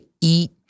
eat